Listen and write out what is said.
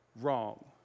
wrong